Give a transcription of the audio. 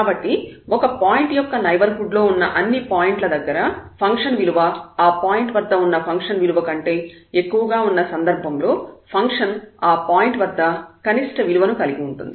కాబట్టి ఒక పాయింట్ యొక్క నైబర్హుడ్ లో ఉన్న అన్ని పాయింట్ల దగ్గర ఫంక్షన్ విలువ ఆ పాయింట్ వద్ద ఉన్న ఫంక్షన్ విలువ కంటే ఎక్కువగా ఉన్న సందర్భంలో ఫంక్షన్ ఆ పాయింట్ వద్ద కనిష్ట విలువను కలిగి ఉంటుంది